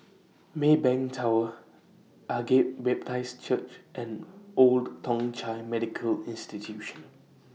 Maybank Tower Agape Baptist Church and Old Thong Chai Medical Institution